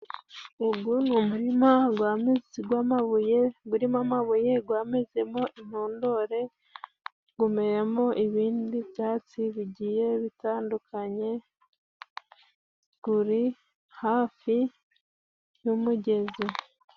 Uyu ni umurima urimo amabuye wamezemo impondore, umeramo ibindi byatsi bigiye bitandukanye. Uri hafi y'umugezi.